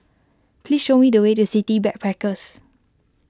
please show me the way to City Backpackers